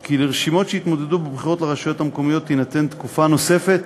כי לרשימות שהתמודדו לרשויות המקומיות תינתן תקופה נוספת